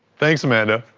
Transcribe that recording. thanks, amanda.